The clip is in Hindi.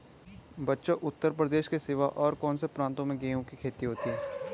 बच्चों उत्तर प्रदेश के सिवा और कौन से प्रांतों में गेहूं की खेती होती है?